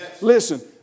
listen